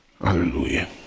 Hallelujah